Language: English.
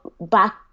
back